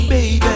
Baby